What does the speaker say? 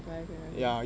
american okay